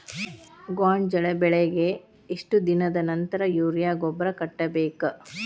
ಗೋಂಜಾಳ ಬೆಳೆಗೆ ಎಷ್ಟ್ ದಿನದ ನಂತರ ಯೂರಿಯಾ ಗೊಬ್ಬರ ಕಟ್ಟಬೇಕ?